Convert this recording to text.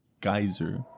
geyser